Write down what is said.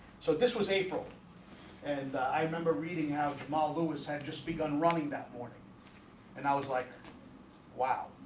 so this was april and i remember reading out my lewis and just begun running that morning and i was like wow,